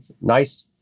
nice